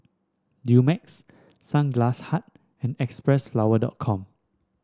Dumex Sunglass Hut and X Press flower dot Com